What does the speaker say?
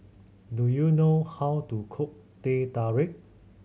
do you know how to cook Teh Tarik